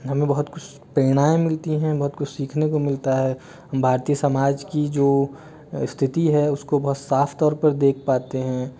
हमें बहुत कुछ प्रेरणाएं मिलती हैं बहुत कुछ सीखने को मिलता है भारतीय समाज की जो स्थिति है उसको बहुत साफ़ तौर पर देख पाते हैं